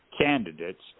candidates